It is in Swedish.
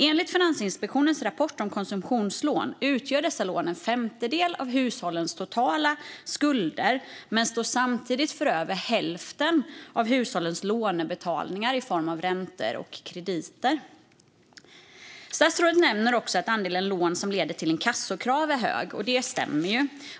Enligt Finansinspektionens rapport om konsumtionslån utgör dessa lån en femtedel av hushållens totala skulder, men de står samtidigt för över hälften av hushållens lånebetalningar i form av räntor och krediter. Statsrådet nämner också att andelen lån som leder till inkassokrav är hög, och det stämmer.